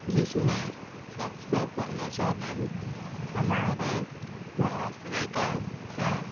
جس میں سب سے پہلے چیلنج ہمارے معاشرے کا ہے